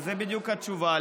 וזו בדיוק התשובה.